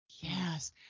Yes